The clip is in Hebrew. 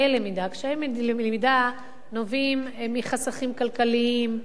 למידה: קשיי למידה נובעים מחסכים כלכליים,